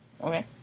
Okay